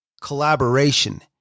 collaboration